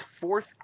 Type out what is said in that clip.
fourth